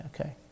okay